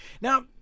Now